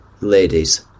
ladies